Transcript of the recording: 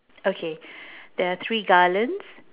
okay there are three garlands